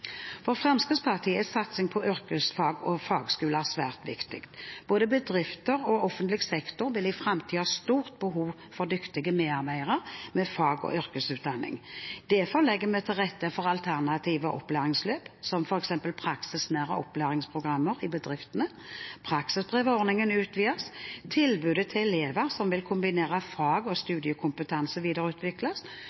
For Fremskrittspartiet er satsing på yrkesfag og fagskoler svært viktig. Både bedrifter og offentlig sektor vil i framtiden ha et stort behov for dyktige medarbeidere med fag- og yrkesutdanning. Derfor legger vi til rette for alternative opplæringsløp, som f.eks. praksisnære opplæringsprogrammer i bedriftene. Praksisbrevordningen utvides, tilbudet til elever som vil kombinere fagbrev og